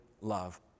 love